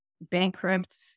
bankrupt